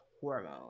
hormone